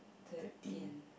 thirteen